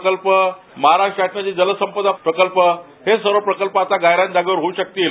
प्रकल्प महाराष्ट्र शासनाचा जलसंपदा प्रकल्प हे सर्व प्रकल्प आता गायरान जागेवर होऊ शकतील